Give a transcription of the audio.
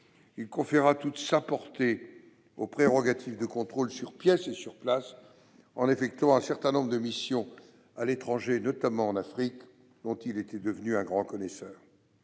Il conféra toute sa portée aux prérogatives de contrôle « sur pièces et sur place », en effectuant un certain nombre de missions à l'étranger, notamment en Afrique, dont il était devenu un grand connaisseur.